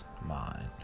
Mind